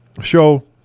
show